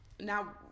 Now